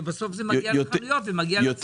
ובסוף זה מגיע לחנויות ומגיע לצרכן במחירים אסטרונומיים.